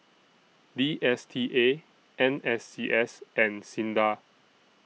D S T A N S C S and SINDA